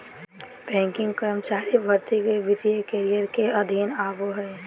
banking कर्मचारी भर्ती वित्तीय करियर के अधीन आबो हय